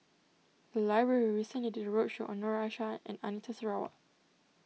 the library recently did a roadshow on Noor Aishah and Anita Sarawak